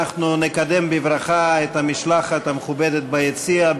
אנחנו נקדם בברכה את המשלחת המכובדת ביציע,